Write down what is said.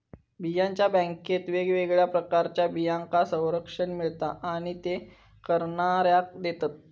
बियांच्या बॅन्केत वेगवेगळ्या प्रकारच्या बियांका संरक्षण मिळता आणि ते करणाऱ्याक देतत